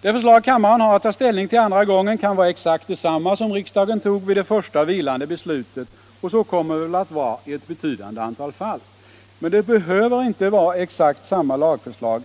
Det lagförslag kammaren skall ta ställning till andra gången kan vara exakt detsamma som riksdagen godkände vid det första beslutet, och så kommer det väl att vara i ett betydande antal fall. Men det behöver enligt vårt förslag inte vara exakt samma lagförslag.